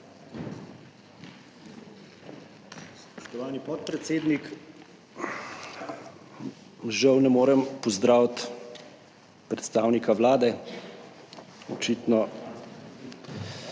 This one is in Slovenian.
Spoštovani podpredsednik! Žal ne morem pozdraviti predstavnika Vlade, očitno